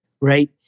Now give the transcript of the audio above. right